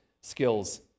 skills